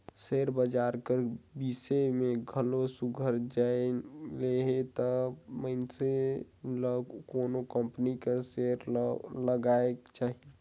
share बजार कर बिसे में घलो सुग्घर जाएन लेहे तब मइनसे ल कोनो कंपनी कर सेयर ल लगाएक चाही